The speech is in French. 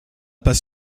pas